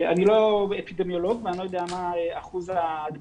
אני לא אפידמיולוג ואני לא יודע מה אחוז ההדבקה